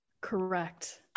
Correct